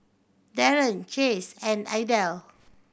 Daren Chase and Idell